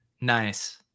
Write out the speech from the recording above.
Nice